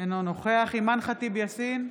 אינו נוכח אימאן ח'טיב יאסין,